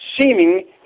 seeming